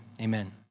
Amen